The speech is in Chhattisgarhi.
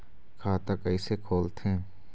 खाता कइसे खोलथें?